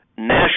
national